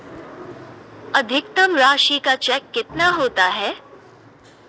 अधिकतम राशि का चेक कितना होता है?